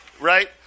Right